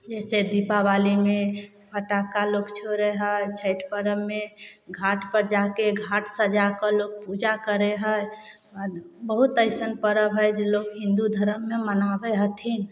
जैसे दीपावलीमे फटाका लोग छोड़य हइ छैठ पर्वमे घाटपर जाके घाट सजाके लोक पूजा करय हइ ओकर बाद बहुत अइसन पर्व हइ जे लोक हिन्दू धर्ममे मनाबय हथिन